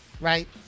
Right